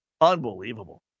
Unbelievable